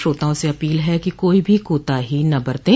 श्रोताओं से अपील है कि कोई भी कोताही न बरतें